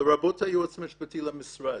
לרבות היועץ המשפטי למשרד.